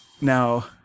now